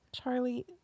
charlie